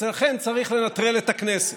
ולכן צריך לנטרל את הכנסת.